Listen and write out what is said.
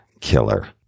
Killer